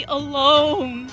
alone